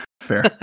Fair